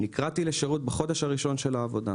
נקראתי לשירות בחודש הראשון של העבודה.